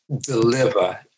deliver